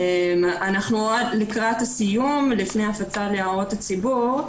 אנחנו לקראת הסיום, לפני הפצה להערות הציבור.